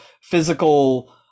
physical